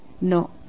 No